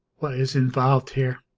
what is involved here